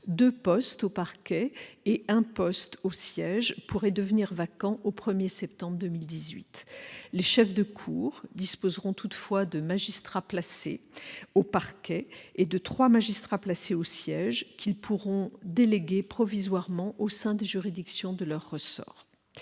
deux postes au parquet et un poste au siège pourraient devenir vacants au 1 septembre prochain. Les chefs de cour disposeront néanmoins de magistrats placés au parquet et de trois magistrats placés au siège, qu'ils pourront déléguer provisoirement au sein des juridictions de leur ressort.